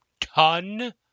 ton